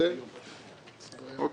טוב.